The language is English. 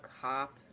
cop